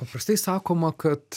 paprastai sakoma kad